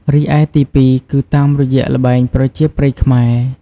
រីឯទីពីរ គឺតាមរយៈល្បែងប្រជាប្រិយខ្មែរ។